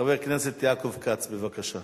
חבר הכנסת יעקב כץ, בבקשה.